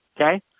okay